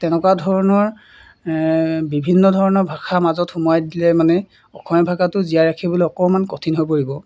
তেনেকুৱা ধৰণৰ বিভিন্ন ধৰণৰ ভাষা মাজত সোমোৱাই দিলে মানে অসমীয়া ভাষাটো জীয়াই ৰাখিবলৈ অকণমান কঠিন হৈ পৰিব